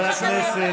חברי הכנסת,